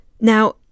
Now